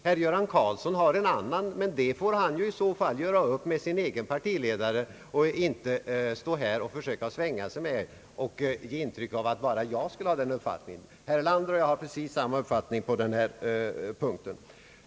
Herr Göran Karlsson har en annan uppfattning, men det får han i så fall göra upp med sin egen partiledare om och inte stå här och försöka svänga sig och ge intryck av att bara jag skulle ha den uppfattningen. Herr Erlander och jag har precis samma uppfattning på den här punkten.